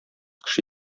кеше